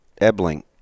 Ebling